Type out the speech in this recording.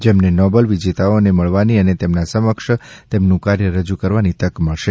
જેમને નોબેલ વિજેતાઓને મળવાની અને તેમના સમક્ષ તેમનું કાર્ય રજૂ કરવાની તક મળશે